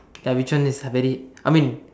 ya which one is very I mean